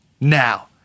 now